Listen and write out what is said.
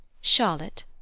Charlotte